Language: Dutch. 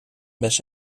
mes